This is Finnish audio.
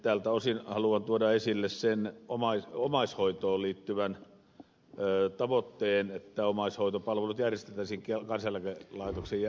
tältä osin haluan tuoda esille sen omaishoitoon liittyvän tavoitteen että omaishoitopalvelut järjestettäisiin kansaneläkelaitoksen palvelujärjestelmän kautta